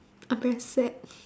I'm very sad